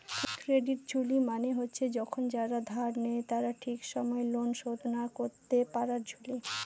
credit ঝুঁকি মানে হচ্ছে যখন যারা ধার নেয় তারা ঠিক সময় লোন শোধ না করতে পারার ঝুঁকি